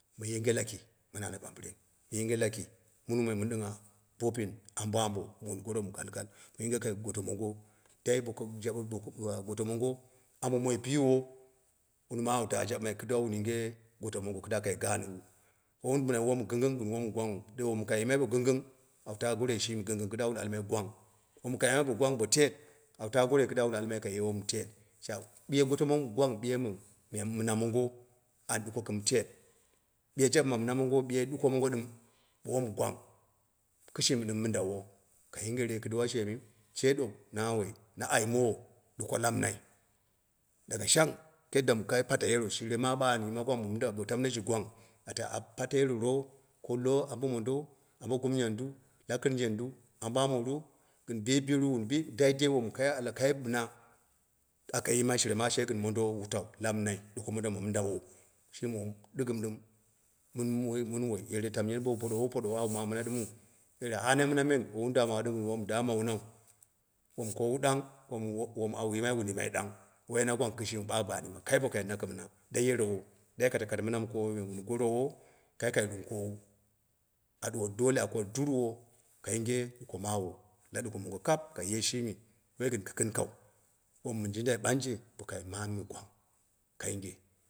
Mu yinge laki, mɨ yinge laki mini moi ɓambɨren, moi bimma, mu yinge laki dopin ambo ambo gɨn moin bimma mu yinge goto mongo da boko jabɨko ɗawa ambo moi biwo wuni ma awu taa jaɓɨmai kɨduwa wun yinge goto mongo kɨduwa ka gaan. Woi wun bina won gingging gɨn wom gwagnghu wom kai yimai bo gingging awu taa gloroi shimi gingging kɨda wun almai gwang bo kaiye wom teet awu ta goro me teet sha ɓiye goto mongo mina mongo a ɗɨman suko mɨ teet ɓiye jabima mina mongo ɓiye goto mongo ɗɨm ko wom gwang kishimi ɗim mindewo ka yinjere kiduwa she do na woi, na aimowo duko nami na daga shang yadda mɨ kai pata yero shere ma baɓa an yima gwang, ata pate yerro ko lowo mondo, abo gumi yanda, laƙirjendu, ambo ambodu, gɨn bebiru wun bi dai dei wom ka bina aka yima shira ma she gɨn mondo bo wutau la minai, la ɗuke mongo gin mindawo, shi mum me mɨ ɗɨgɨm ɗɨm, wun wai yere tamiye ba'in po'a po ɗuwo wo wun ma mina ɗɨmɨu wun daa hanne mina men, wowun damawa gɨn dama wom dama wuna, wom kowu dang, wom awu yimai wun yimai ɗang shi ɓa ba an yima kaio nako mina dai yerowo da ka dai kaitako mina wun goro kai ɗɨm kowu, a duwoni dole a duwoni durwo ka yinge ɗuko ma wu lan ɗuko mongo kaap kaye shimi woi gɨn kɨkinkau. Wom min jinddai ɓanngje kai maami mi gwang ka yinge.